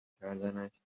کردنش